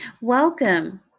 welcome